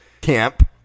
camp